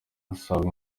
asaba